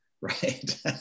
Right